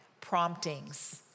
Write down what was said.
promptings